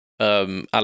Alan